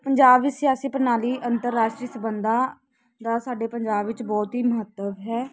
ਪੰਜਾਬ ਵਿੱਚ ਸਿਆਸੀ ਪ੍ਰਣਾਲੀ ਅੰਤਰਰਾਸ਼ਟਰੀ ਸਬੰਧਾਂ ਦਾ ਸਾਡੇ ਪੰਜਾਬ ਵਿੱਚ ਬਹੁਤ ਹੀ ਮਹੱਤਵ ਹੈ